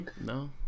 no